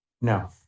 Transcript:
No